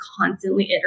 constantly